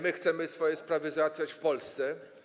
My chcemy swoje sprawy załatwiać w Polsce.